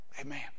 Amen